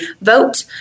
vote